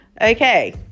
Okay